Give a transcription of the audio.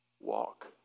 Walk